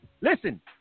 Listen